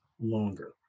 longer